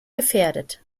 gefährdet